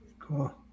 cool